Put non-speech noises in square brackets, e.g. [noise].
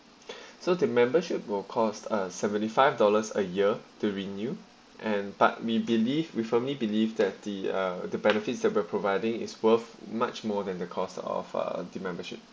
[noise] so the membership will cost uh seventy five dollars a year to renew and but we believe we firmly believe that the uh the benefits that we're providing is worth much more than the cost of uh the membership